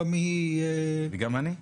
גם אני.